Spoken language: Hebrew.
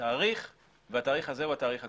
תאריך והתאריך הזה הוא התאריך הקובע.